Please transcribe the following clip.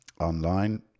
online